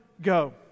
go